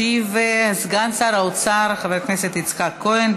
ישיב סגן שר האוצר חבר הכנסת יצחק כהן.